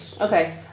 Okay